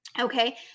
Okay